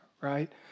right